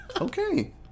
Okay